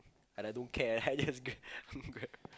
I like don't care I just Grab Grab